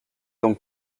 donc